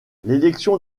l’élection